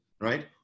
right